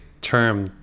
term